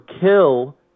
kill